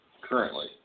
Currently